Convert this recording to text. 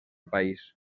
país